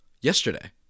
yesterday